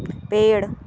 पेड़